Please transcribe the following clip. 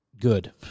good